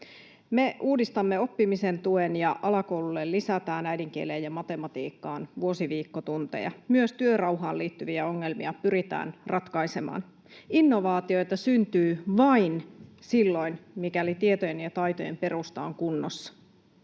Me uudistamme oppimisen tuen, alakoululle lisätään äidinkieleen ja matematiikkaan vuosiviikkotunteja, ja myös työrauhaan liittyviä ongelmia pyritään ratkaisemaan. Innovaatioita syntyy vain silloin, mikäli tietojen ja taitojen perusta on kunnossa.